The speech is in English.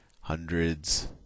hundreds